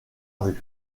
rue